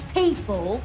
people